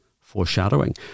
foreshadowing